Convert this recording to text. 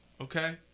Okay